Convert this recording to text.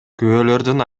күбөлөрдүн